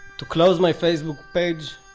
to close my facebook page